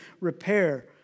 repair